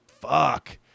fuck